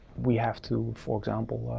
we have to, for example,